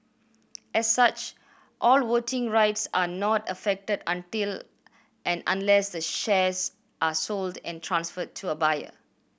as such all voting rights are not affected until and unless the shares are sold and transferred to a buyer